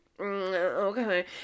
Okay